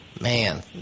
man